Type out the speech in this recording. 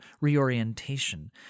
reorientation